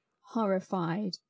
horrified